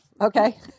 okay